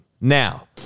Now